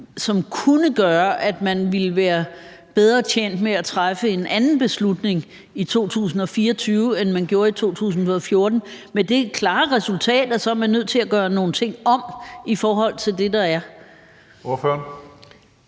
som kunne gøre, at man ville være bedre tjent med at træffe en anden beslutning i 2024, end man gjorde i 2014 – med det klare resultat, at så er man nødt til at gøre nogle ting om i forhold til det, der er? Kl.